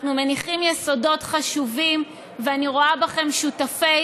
אנחנו מניחים יסודות חשובים ואני רואה בכם שותפי